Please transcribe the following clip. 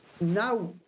now